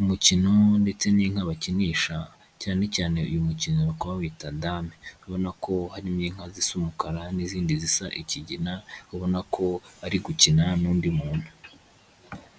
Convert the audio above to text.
umukino ndetse n'inka bakinisha, cyane cyane uyu mukino bakaba bawita dame, ubona ko harimo inka zisa umukara n'izindi zisa ikigina, ubona ko ari gukina n'undi muntu.